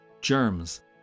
germs